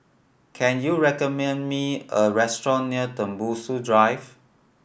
can you recommend me a restaurant near Tembusu Drive